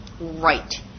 Right